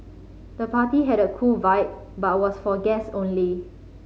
the party had a cool vibe but was for guests only